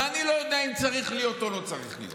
ואני לא יודע אם צריך להיות או לא צריך להיות,